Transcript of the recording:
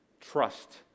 trust